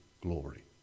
glory